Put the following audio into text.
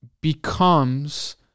becomes